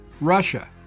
Russia